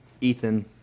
ethan